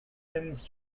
ends